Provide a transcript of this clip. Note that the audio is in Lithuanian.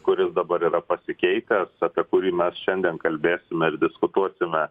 kuris dabar yra pasikeitęs apie kurį mes šiandien kalbėsime ir diskutuosime